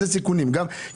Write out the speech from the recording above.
סיכון של מה?